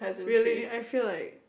really I feel like